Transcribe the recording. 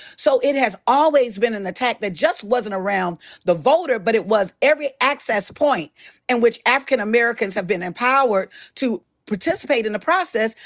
so it as always been an attack that just wasn't around the voter, but it was every access point in which african americans have been empowered to participate in the process,